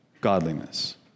godliness